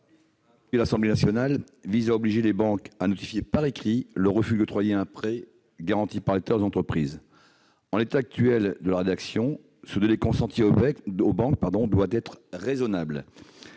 l'Assemblée nationale, vise à obliger les banques à notifier par écrit leur refus d'octroyer un prêt garanti par l'État aux entreprises. En l'état actuel de la rédaction, ce délai consenti aux banques doit être « raisonnable